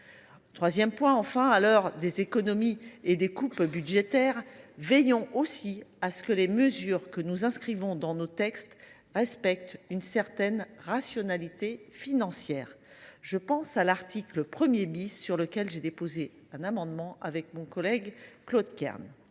collectivités. Enfin, à l’heure des économies et des coupes budgétaires, veillons aussi à ce que les mesures que nous inscrivons dans nos textes respectent une certaine rationalité financière. Je pense à l’article 1, sur lequel j’ai déposé un amendement avec mon collègue Claude Kern.